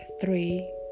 three